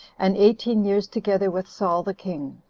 and eighteen years together with saul the king.